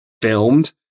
filmed